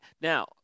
now